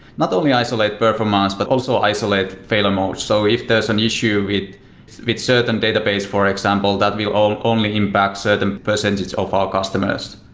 not only isolate performance, but also isolate failure mode. so if there's an issue with certain database, for example, that will only impact certain percentage of our customers.